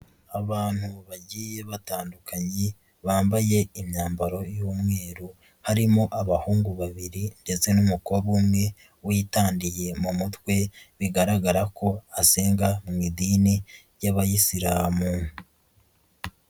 Abantu bagiye batandukanye, bambaye imyambaro y'umweru, harimo abahungu babiri ndetse n'umukobwa umwe, witandiye mu mutwe, bigaragara ko asenga mu idini ry'abayisilamu.